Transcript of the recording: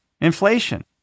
inflation